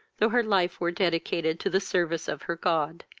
though her life were dedicated to the service of her god.